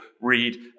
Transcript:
read